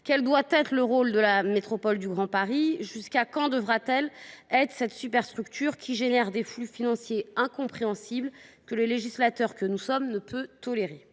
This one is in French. Quel doit être le rôle de la métropole du Grand Paris ? Cette superstructure génère des flux financiers incompréhensibles que le législateur que nous sommes ne peut tolérer ;